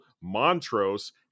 Montrose